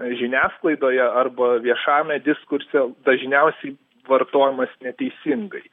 žiniasklaidoje arba viešajame diskurse dažniausiai vartojamas neteisingai